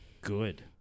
good